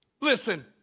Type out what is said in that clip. listen